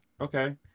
Okay